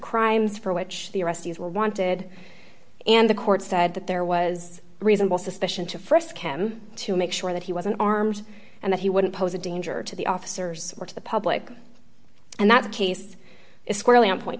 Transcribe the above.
crimes for which the arrestees were wanted and the court said that there was reasonable suspicion to frisk him to make sure that he wasn't armed and that he wouldn't pose a danger to the officers or to the public and that the case is squarely on point